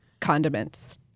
condiments